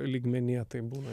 lygmenyje tai būna